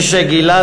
מי שגילה,